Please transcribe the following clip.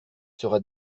sera